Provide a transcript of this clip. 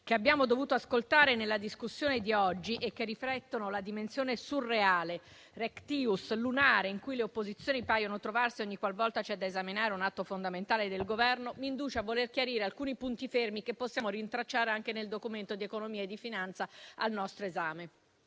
che abbiamo dovuto ascoltare nella discussione di oggi, che riflettono la dimensione surreale, *rectius* lunare, in cui le opposizioni paiono trovarsi ogniqualvolta c'è da esaminare un atto fondamentale del Governo, mi induce a voler chiarire alcuni punti fermi, che possiamo rintracciare anche nel Documento di economia e finanza al nostro esame.